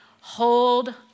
Hold